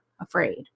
afraid